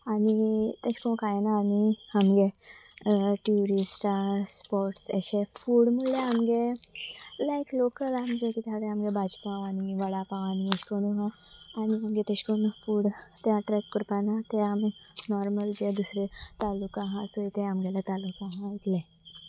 आनी तशे करून कांय ना आनी आमगे ट्युरिस्टां स्पोट्स अशे फूड म्हणल्यार आमगे लायक लोकल आमचे कितें आसा तें आमगे भाजपाव आनी वडा पाव आनी अशे करून आनी आमगे तशे करून फूड ते अट्रेक्ट करपा ना ते आमी नॉर्मल जे दुसरें तालुका आसा सोय ते आमगेले तालुका आसा आयतलें